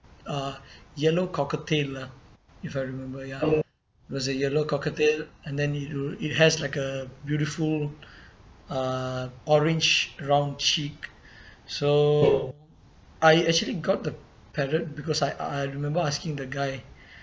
uh yellow cockatiel lah if I remember ya was a yellow cockatiel and then it wa~ it has like a beautiful uh orange round cheek so I actually got the parrot because I I remember asking the guy